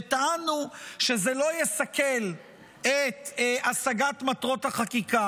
וטענו שזה לא יסכל את השגת מטרות החקיקה,